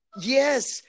Yes